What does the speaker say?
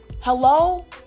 Hello